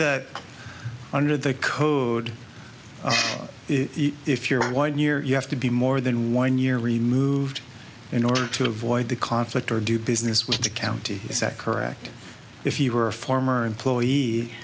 that under the code if you're one year you have to be more than one year removed in order to avoid the conflict or do business with the county is that correct if you are a former employee